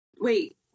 wait